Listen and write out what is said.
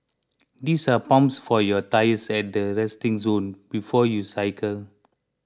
these are pumps for your tyres at the resting zone before you cycle